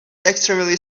extremely